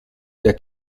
der